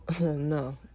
No